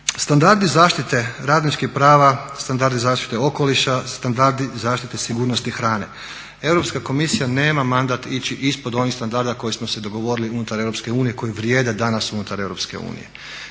Standardi zaštite radničkih prava, standardi zaštite okoliša, standardi zaštite sigurnosti hrane. Europska komisija nema mandat ići ispod onih standarda koje smo se dogovorili unutar EU koji vrijede danas unutar EU. Nismo